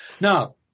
Now